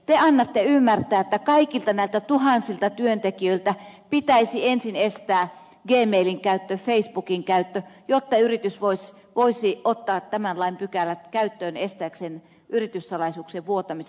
te annatte ymmärtää että kaikilta näiltä tuhansilta työntekijöiltä pitäisi ensin estää gmailin käyttö facebookin käyttö jotta yritys voisi ottaa tämän lain pykälät käyttöön estääkseen yrityssalaisuuksien vuotamisen